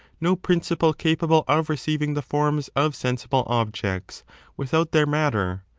no principle capable of receiving the forms of sensible objects without their matter,